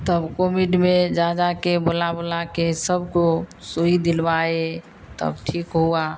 तब कोविड में जा जाकर बुला बुलाकर सबको सुईं दिलवाए तब ठीक हुआ